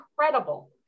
incredible